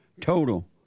total